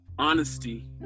Honesty